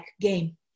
game